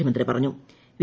മന്ത്രി കെ